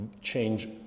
change